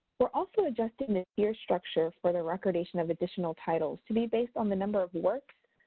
we're also adjusting the fee structure for the recordation of additional titles to be based on the number of works,